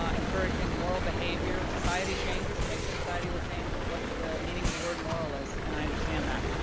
ah encouraging moral behavior, society changes, maybe society will change what the meaning of the world moral is, and i understand that.